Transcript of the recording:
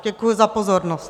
Děkuji za pozornost.